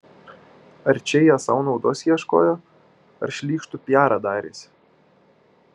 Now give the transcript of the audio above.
ar čia jie sau naudos ieškojo ar šlykštų piarą darėsi